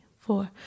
four